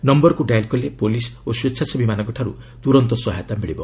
ନମ୍ଘରକୁ dial କଲେ police ଓ ସ୍କଚ୍ଛାସେବୀମାନଙ୍କଠାରୁ ତୁରନ୍ତ ସହାୟତା ମିଳିବ